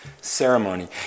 ceremony